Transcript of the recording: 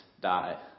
die